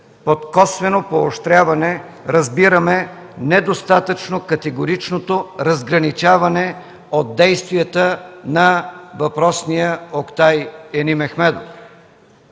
Под „косвено поощряване” разбираме недостатъчно категоричното разграничаване от действията на въпросния Октай Енимехмедов.